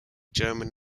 german